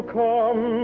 come